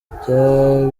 bya